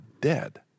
dead